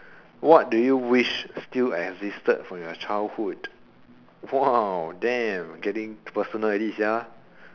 what do you wish still existed from your childhood !wow! damn getting personal already